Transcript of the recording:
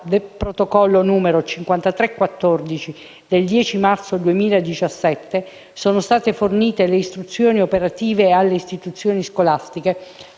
protocollo n. 5314 del 10 marzo 2017 sono state fornite le istruzioni operative alle istituzioni scolastiche